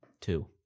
two